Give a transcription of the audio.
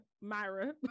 Myra